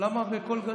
למה בקול גדול?